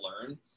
learn